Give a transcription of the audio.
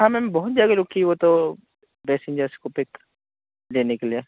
हाँ मैम बहुत जगह रुकी वो तो पैसेंजर्स को पिक लेने के लिए